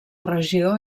regió